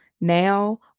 now